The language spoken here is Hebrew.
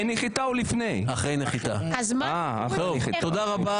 תודה רבה.